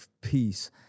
peace